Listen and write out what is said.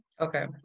Okay